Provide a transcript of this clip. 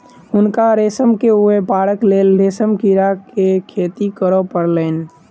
हुनका रेशम के व्यापारक लेल रेशम कीड़ा के खेती करअ पड़लैन